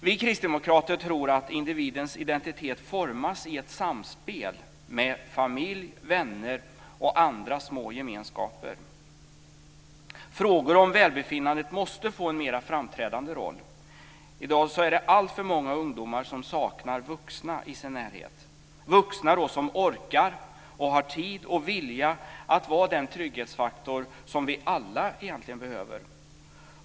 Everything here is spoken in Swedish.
Vi kristdemokrater tror att individens identitet formas i ett samspel med familj, vänner och andra små gemenskaper. Frågor om välbefinnandet måste få en mera framträdande roll. I dag är det alltför många ungdomar som saknar vuxna i sin närhet - vuxna som orkar och har tid och vilja att vara den trygghetsfaktor som vi alla egentligen behöver.